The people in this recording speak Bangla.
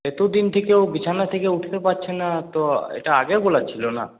এতদিন থেকেও বিছানা থেকে উঠতে পারছে না তো এটা আগে বলার ছিল না